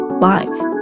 live